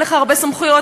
אין לך הרבה סמכויות,